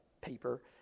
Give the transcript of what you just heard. paper